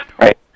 Right